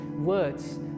words